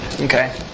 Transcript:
okay